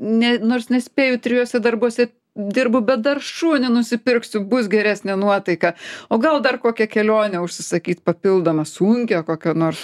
ne nors nespėju trijuose darbuose dirbu bet dar šunį nenusipirksiu bus geresnė nuotaika o gal dar kokią kelionę užsisakyt papildomą sunkią kokio nors